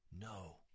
No